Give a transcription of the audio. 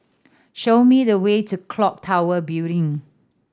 show me the way to Clock Tower Building